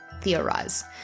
theorize